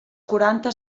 quaranta